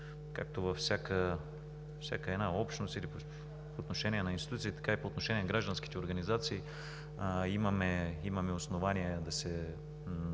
както във всяка една общност или по отношение на институциите, така и по отношение на гражданските организации, имаме основание да не